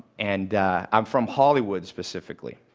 and i'm from hollywood, specifically.